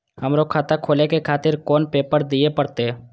हमरो खाता खोले के खातिर कोन पेपर दीये परतें?